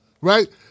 right